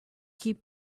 keep